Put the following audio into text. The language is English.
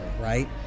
Right